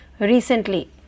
recently